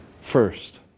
first